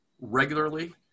regularly